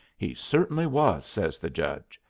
he certainly was! says the judge,